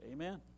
Amen